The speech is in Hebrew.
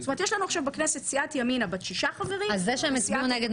יש לנו עכשיו בכנסת סיעת ימינה בת 6 חברים --- אז זה שהם הצביעו נגד,